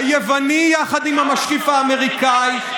היווני יחד עם המשקיף האמריקני,